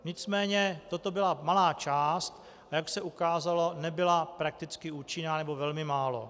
Nicméně toto byla malá část, a jak se ukázalo, nebyla prakticky účinná, nebo velmi málo.